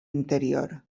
interior